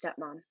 stepmom